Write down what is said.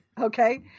okay